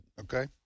Okay